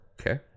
Okay